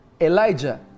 Elijah